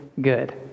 Good